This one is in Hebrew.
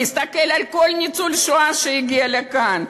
להסתכל על כל ניצול שואה שהגיע לכאן.